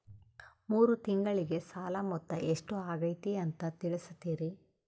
ಮೂರು ತಿಂಗಳಗೆ ಸಾಲ ಮೊತ್ತ ಎಷ್ಟು ಆಗೈತಿ ಅಂತ ತಿಳಸತಿರಿ?